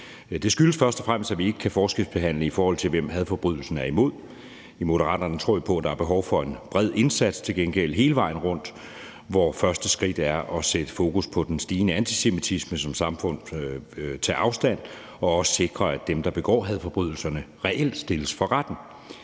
Det skyldes først og fremmest, at vi ikke kan forskelsbehandle, i forhold til hvem hadforbrydelsen er rettet mod. I Moderaterne tror vi til gengæld på, at der er brug for en bred indsats hele vejen rundt, hvor første skridt er at sætte fokus på den stigende antisemitisme og som samfund tage afstand fra det, men også sikre, at dem, der begår hadforbrydelserne, reelt stilles for retten.